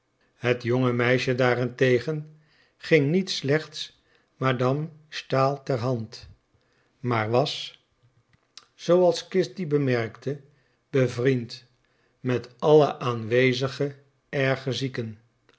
het jonge meisje daarentegen ging niet slechts madame stahl ter hand maar was zooals kitty bemerkte bevriend met alle aanwezige erge zieken